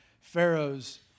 Pharaoh's